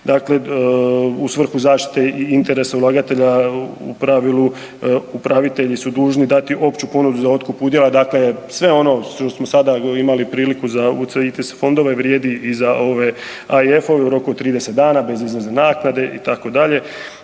dakle u svrhu zaštite i interesa ulagatelja u pravilu upravitelji su dužni dati opću ponudu za otkup udjela, dakle sve ono što smo sada imali priliku za UCITS fondove, vrijedi i za ove EIF-ove u roku 30 dana, bez izlazne naknade, itd.